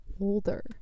older